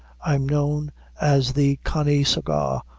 i'm known as the cannie sugah,